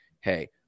hey